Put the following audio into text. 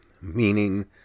meaning